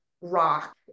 rock